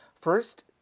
first